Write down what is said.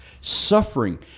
suffering